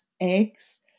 eggs